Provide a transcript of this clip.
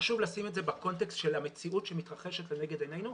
חשוב לשים את זה בקונטקסט של המציאות שמתרחשת לנגד עינינו.